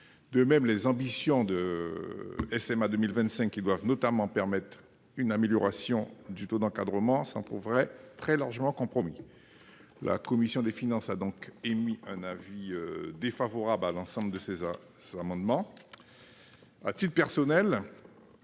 De même, les ambitions du plan SMA 2025, qui doit notamment permettre une amélioration du taux d'encadrement, s'en trouveraient très largement compromises. La commission des finances a donc émis un avis défavorable à l'ensemble de ces amendements.